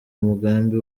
umugambi